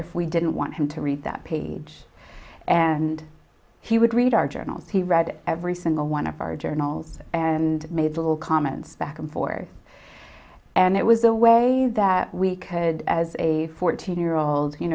if we didn't want him to read that page and he would read our journals he read every single one of our journals and made little comments back and forth and it was the way that we could as a fourteen year old you